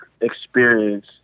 experience